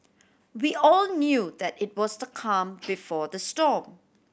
we all knew that it was the calm before the storm